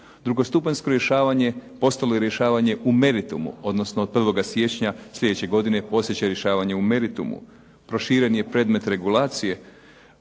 Drugostupanjsko rješavanje postalo je rješavanje u meritumu, odnosno od 1. siječnja sljedeće godine počet će rješavanje u meritumu. Proširen je predmet regulacije